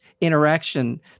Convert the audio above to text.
interaction